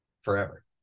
Forever